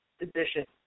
edition